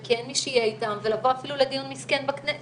כי אין מי שיהיה איתם ולבוא אפילו לדיון מסכן בכנסת.